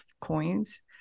coins